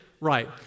right